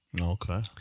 Okay